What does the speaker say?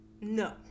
No